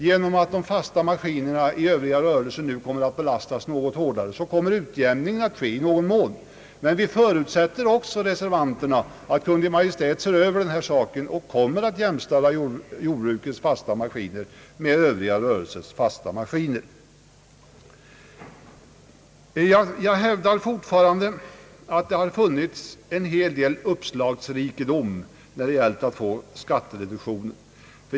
Genom att de fasta maskinerna i Övriga rörelser nu kommer att belastas något hårdare kommer .en utjämning att ske i någon mån. Reservanterna förutsätter dock, att Kungl. Maj:t ser över denna sak och jämställer Jordbrukets fasta maskiner med Övriga rörelsers fasta maskiner. Jag hävdar fortfarande, att det har visats en hel del uppslagsrikedom när det gällt att få skattereduktion.